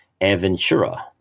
Aventura